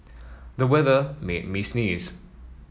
the weather made me sneeze